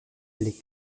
les